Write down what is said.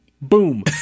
boom